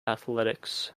athletics